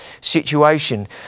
situation